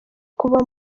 kuba